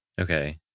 Okay